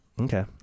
Okay